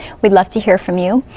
we'd love to hear from you,